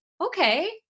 okay